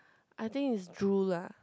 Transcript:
I think is drew lah